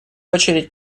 очередь